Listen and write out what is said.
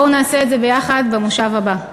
בואו נעשה את זה ביחד במושב הבא.